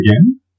again